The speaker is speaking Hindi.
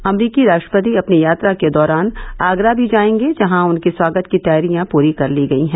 अमरीकी राष्ट्रपति अपनी यात्रा के दौरान आगरा भी जायेंगे जहां उनके स्वागत की तैयारियां पूरी कर ली गयी हैं